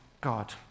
God